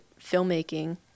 filmmaking